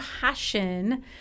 passion